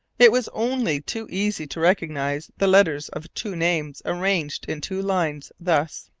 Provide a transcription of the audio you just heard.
it was only too easy to recognize the letters of two names, arranged in two lines, thus